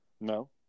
No